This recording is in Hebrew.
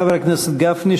חבר הכנסת גפני,